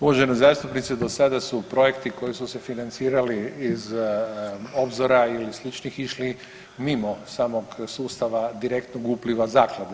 Uvažena zastupnice, dosada su projekti koji su se financirali iz Obzora ili sličnih išli mimo samog sustava direktnog upliva zaklade.